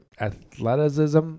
athleticism